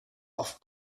auf